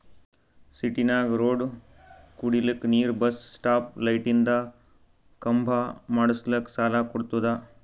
ಸಿಟಿನಾಗ್ ರೋಡ್ ಕುಡಿಲಕ್ ನೀರ್ ಬಸ್ ಸ್ಟಾಪ್ ಲೈಟಿಂದ ಖಂಬಾ ಮಾಡುಸ್ಲಕ್ ಸಾಲ ಕೊಡ್ತುದ